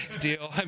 deal